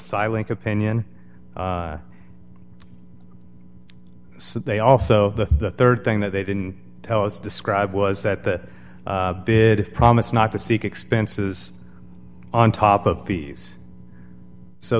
silent opinion so they also the rd thing that they didn't tell us describe was that did promise not to seek expenses on top of fees so